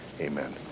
amen